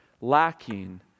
lacking